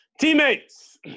Teammates